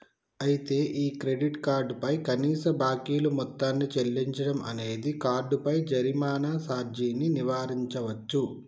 అయితే ఈ credit card పై కనీస బాకీలు మొత్తాన్ని చెల్లించడం అనేది కార్డుపై జరిమానా సార్జీని నివారించవచ్చు